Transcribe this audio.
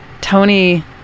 Tony